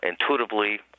intuitively